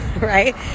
right